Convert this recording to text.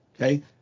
Okay